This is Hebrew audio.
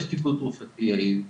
יש טיפול תרופתי יעיל,